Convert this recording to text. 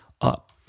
up